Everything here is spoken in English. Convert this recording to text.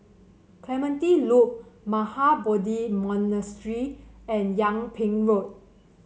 Clementi Loop Mahabodhi Monastery and Yung Ping Road